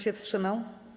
się wstrzymał?